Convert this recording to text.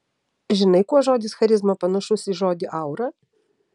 žinai kuo žodis charizma panašus į žodį aura